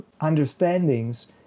understandings